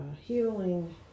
healing